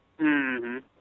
-hmm